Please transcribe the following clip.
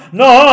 no